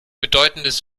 bedeutendes